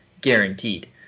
guaranteed